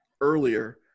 earlier